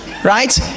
right